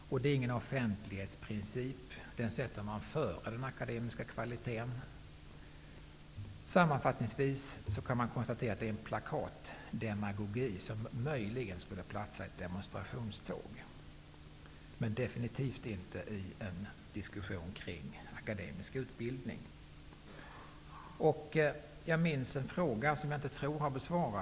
Det är ingen offentlighetsprincip -- den sätter man före den akademiska kvaliteten. Sammanfattningsvis kan man konstatera att det är en plakatdemagogi som möjligen skulle platsa i ett demonstrationståg, men definitivt inte i en diskussion kring akademisk utbildning. Jag minns en fråga, som jag inte tror har besvarats.